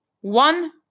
One